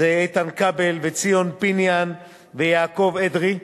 זה איתן כבל, ציון פיניאן ויעקב אדרי,